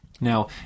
Now